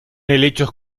helechos